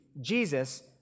Jesus